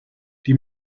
die